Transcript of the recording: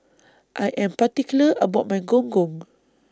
I Am particular about My Gong Gong